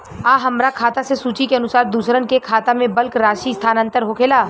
आ हमरा खाता से सूची के अनुसार दूसरन के खाता में बल्क राशि स्थानान्तर होखेला?